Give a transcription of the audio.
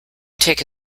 take